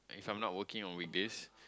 if I'm not working on weekdays